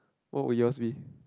what would yours be